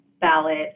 ballot